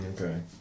Okay